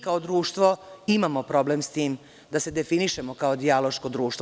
Kao društvo imamo problem sa tim da se definišemo kao dijaloško društvo.